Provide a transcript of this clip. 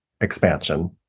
expansion